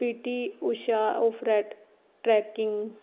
PT Usha of red trekking